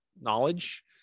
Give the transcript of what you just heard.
knowledge